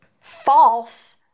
false